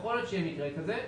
ככל שיש מקרה כזה,